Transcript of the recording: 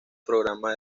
programa